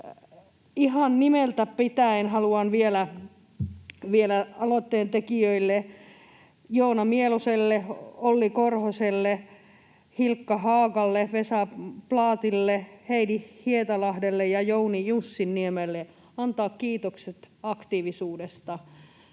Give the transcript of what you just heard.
Ihan nimeltä pitäen haluan vielä aloitteen tekijöille, Joona Mieloselle, Olli Kohoselle, Hilkka Haagalle, Vesa Plathille, Heidi Hietalahdelle ja Jouni Jussinniemelle, antaa kiitokset aktiivisuudesta.